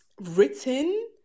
written